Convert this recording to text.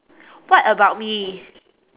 what about me